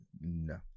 No